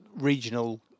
regional